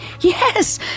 Yes